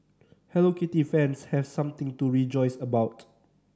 Hello Kitty fans have something to rejoice about